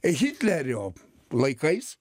hitlerio laikais